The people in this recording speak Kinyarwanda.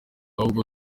ahubwo